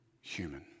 human